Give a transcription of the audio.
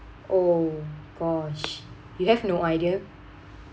oh gosh you have no idea